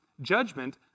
judgment